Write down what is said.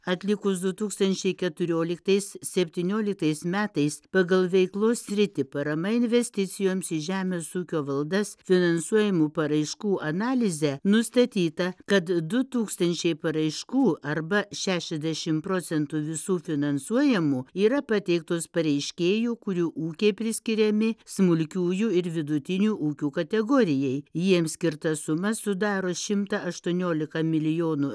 atlikus du tūkstančiai keturioliktais septynioliktais metais pagal veiklos sritį parama investicijoms į žemės ūkio valdas finansuojamų paraiškų analizę nustatyta kad du tūkstančiai paraiškų arba šešiasdešim procentų visų finansuojamų yra pateiktos pareiškėjų kurių ūkiai priskiriami smulkiųjų ir vidutinių ūkių kategorijai jiems skirta suma sudaro šimtą aštuonioliką milijonų